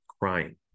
crying